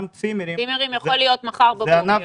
גם צימרים --- צימרים יכולים לחזור מחר בבוקר.